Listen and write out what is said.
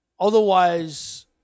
Otherwise